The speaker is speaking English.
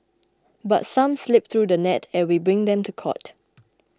but some slip through the net and we bring them to court